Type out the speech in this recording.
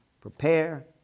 Prepare